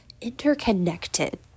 interconnected